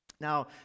Now